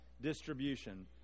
distribution